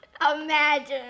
imagine